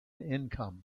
income